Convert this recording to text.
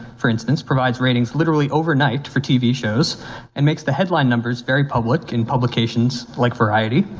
for instance, provides ratings literally overnight for tv shows and makes the headline numbers very public in publications like variety.